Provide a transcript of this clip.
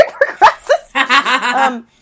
progresses